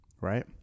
right